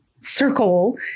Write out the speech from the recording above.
circle